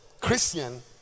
Christian